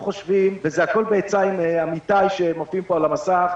כולנו חושבים וזה הכול בעצה עם עמיתיי שמופיעים פה על המסך,